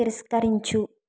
తిరస్కరించు